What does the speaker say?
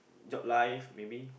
job life maybe